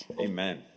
Amen